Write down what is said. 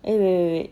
eh wait wait wait